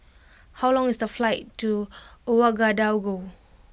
how long is the flight to Ouagadougou